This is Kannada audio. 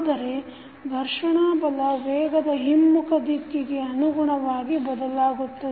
ಆದರೆ ಘರ್ಷಣಾ ಬಲ ವೇಗದ ಹಿಮ್ಮುಖ ದಿಕ್ಕಿಗೆ ಅನುಗುಣವಾಗಿ ಬದಲಾಗುತ್ತದೆ